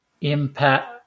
impact